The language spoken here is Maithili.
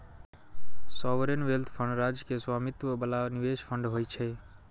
सॉवरेन वेल्थ फंड राज्य के स्वामित्व बला निवेश फंड होइ छै